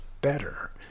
better